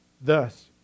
Thus